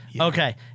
Okay